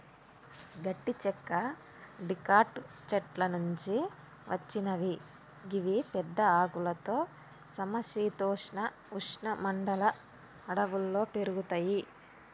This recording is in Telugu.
గట్టి చెక్క డికాట్ చెట్ల నుంచి వచ్చినవి గివి పెద్ద ఆకులతో సమ శీతోష్ణ ఉష్ణ మండల అడవుల్లో పెరుగుతయి